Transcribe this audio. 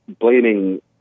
Blaming